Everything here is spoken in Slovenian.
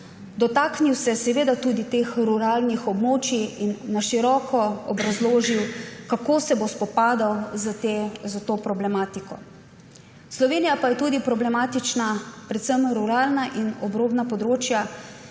dotaknil se je tudi teh ruralnih območij in na široko obrazložil, kako se bo spopadal s to problematiko. Slovenija pa je tudi problematična, predvsem ruralna in obrambna področja,